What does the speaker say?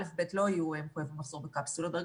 א'-ב' לא יהיו מחויבים לחזור בקפסולות ברגע